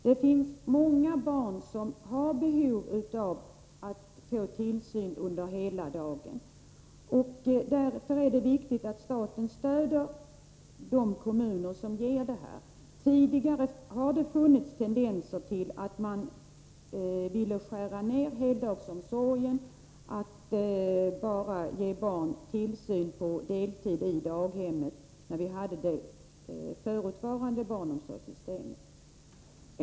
Det finns många barn som har behov av att få tillsyn under hela dagen, och därför är det viktigt att staten stöder de kommuner som har denna tillsyn. När vi hade det förutvarande barnomsorgssystemet fanns det tendenser till att skära ner heldagsomsorgen och att ge barn tillsyn bara på deltid i daghemmen.